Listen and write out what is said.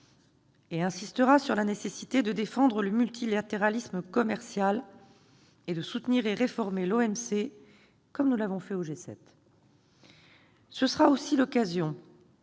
et insistera sur la nécessité de défendre le multilatéralisme commercial et de soutenir et réformer l'OMC, comme nous l'avons fait au G7. Ce sera aussi l'occasion